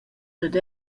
dad